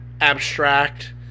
abstract